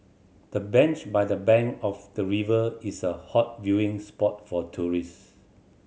the bench by the bank of the river is a hot viewing spot for tourist